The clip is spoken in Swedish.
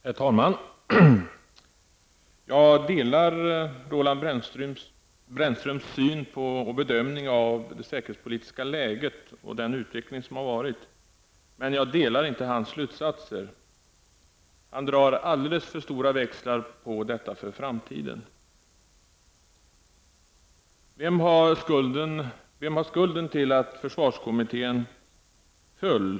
Herr talman! Jag delar Roland Brännströms bedömning av det säkerhetspolitiska läget och den utveckling som varit, men jag delar inte hans slutsatser. Han drar alldeles för stora växlar på detta för framtiden. Vem har skulden till att försvarskommittén föll?